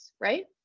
right